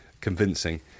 convincing